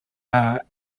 are